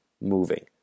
moving